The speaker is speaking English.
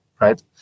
right